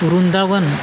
Vrindavan